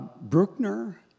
Bruckner